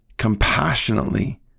compassionately